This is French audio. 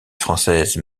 française